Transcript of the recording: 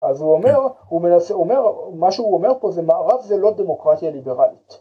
אז הוא אומר, מה שהוא אומר פה זה מערב זה לא דמוקרטיה ליברלית